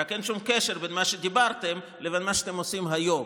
רק אין שום קשר בין מה שדיברתם לבין מה שאתם עושים היום.